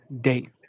date